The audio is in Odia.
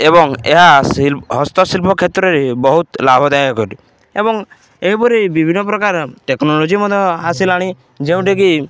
ଏବଂ ଏହା ହସ୍ତଶିଳ୍ପ କ୍ଷେତ୍ରରେ ବହୁତ ଲାଭଦାୟକ ଏବଂ ଏହିପରି ବିଭିନ୍ନ ପ୍ରକାର ଟେକ୍ନୋଲୋଜି ମଧ୍ୟ ଆସିଲାଣି ଯେଉଁଠିକି